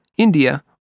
India